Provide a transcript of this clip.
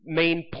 main